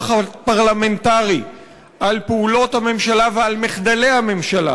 הפרלמנטרי על פעולות הממשלה ועל מחדלי הממשלה